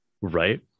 right